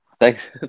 Thanks